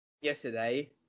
yesterday